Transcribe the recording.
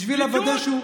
בשביל לוודא,